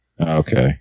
Okay